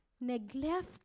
neglect